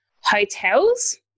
hotels